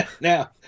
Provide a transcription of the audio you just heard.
now